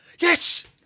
yes